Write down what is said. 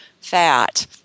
fat